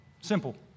simple